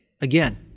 again